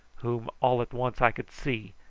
whom all at once i could see,